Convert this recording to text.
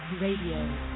Radio